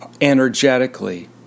energetically